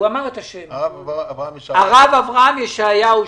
הרב אברהם ישעיהו,